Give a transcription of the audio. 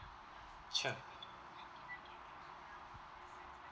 sure